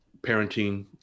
parenting